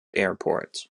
airport